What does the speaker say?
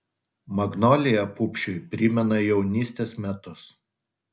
magnolija pupšiui primena jaunystės metus